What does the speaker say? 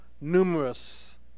numerous